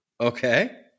Okay